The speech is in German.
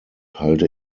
halte